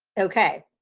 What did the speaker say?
okay